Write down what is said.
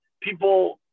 people